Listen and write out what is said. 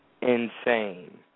Insane